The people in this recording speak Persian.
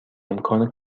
امکان